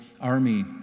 army